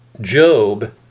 job